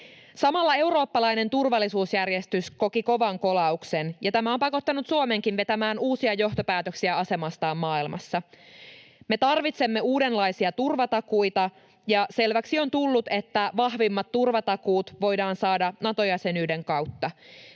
Samalla eurooppalainen turvallisuusjärjestys koki kovan kolauksen, ja tämä on pakottanut Suomenkin vetämään uusia johtopäätöksiä asemastaan maailmassa. Me tarvitsemme uudenlaisia turvatakuita, ja selväksi on tullut, että vahvimmat turvatakuut voidaan saada Nato-jäsenyyden kautta.